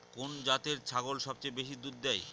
কোন জাতের ছাগল সবচেয়ে বেশি দুধ দেয়?